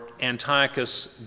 Antiochus